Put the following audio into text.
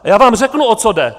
Já vám řeknu, o co jde!